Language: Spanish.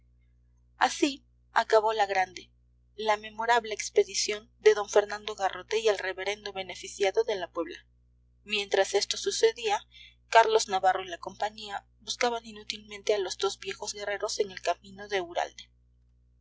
así acabó la grande la memorable expedición de d fernando garrote y el reverendo beneficiado de la puebla mientras esto sucedía carlos navarro y la compañía buscaban inútilmente a los dos viejos guerreros en el camino de uralde